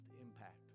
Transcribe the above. impact